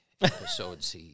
episodes